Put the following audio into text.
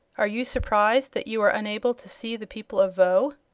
are you surprised that you are unable to see the people of voe?